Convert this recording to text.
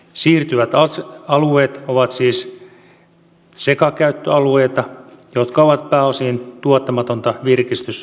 siirtyvät alueet ovat siis sekakäyttöalueita jotka ovat pääosin tuottamatonta virkistysluontoa